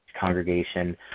congregation